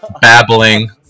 babbling